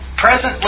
Presently